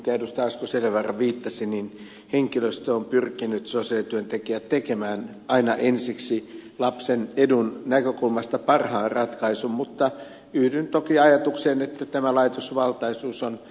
asko seljavaara viittasi henkilöstö on pyrkinyt sosiaalityöntekijät tekemään aina ensiksi lapsen edun näkökulmasta parhaan ratkaisun mutta yhdyn toki ajatukseen että tämä laitosvaltaisuus on tosiasia